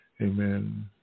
amen